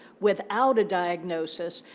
without a diagnosis,